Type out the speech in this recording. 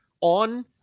on